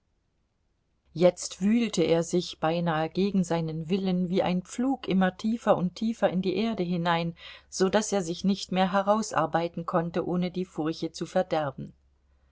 jetzt wühlte er sich beinahe gegen seinen willen wie ein pflug immer tiefer und tiefer in die erde hinein so daß er sich nicht mehr herausarbeiten konnte ohne die furche zu verderben